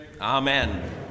amen